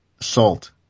salt